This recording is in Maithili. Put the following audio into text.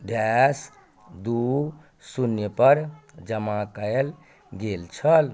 डैश दू शून्य पर जमा कयल गेल छल